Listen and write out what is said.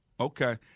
Okay